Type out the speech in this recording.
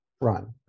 run